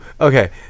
Okay